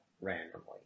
randomly